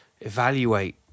evaluate